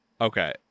okay